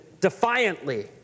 defiantly